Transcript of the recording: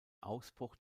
ausbruch